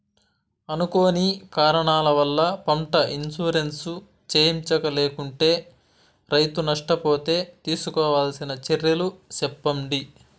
అనుకోని కారణాల వల్ల, పంట ఇన్సూరెన్సు చేయించలేకుంటే, రైతు నష్ట పోతే తీసుకోవాల్సిన చర్యలు సెప్పండి?